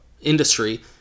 industry